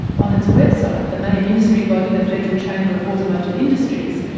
on its website, the main industry body, the federal chamber of automotive industries,